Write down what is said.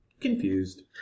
Confused